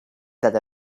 that